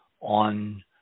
on